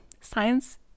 Science